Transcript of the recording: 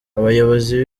abayobozi